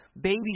baby